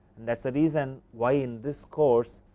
that is the reason why in this course,